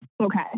Okay